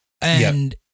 and-